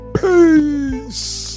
peace